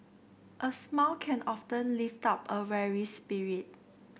a smile can often lift up a weary spirit